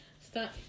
Stop